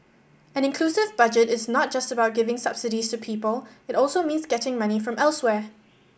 an inclusive Budget is not just about giving subsidies to people it also means getting money from elsewhere